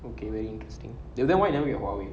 okay very interesting then why you want me to huawei